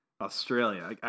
Australia